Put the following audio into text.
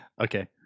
Okay